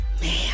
Man